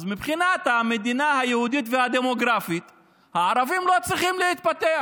אז מבחינת המדינה היהודית והדמוגרפית הערבים לא צריכים להתפתח,